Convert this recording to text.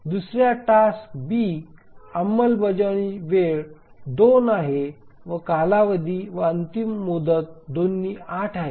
दुसर्या task B अंमलबजावणीची वेळ 2 आहे कालावधी व अंतिम मुदत दोन्ही 8 आहे